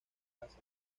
casa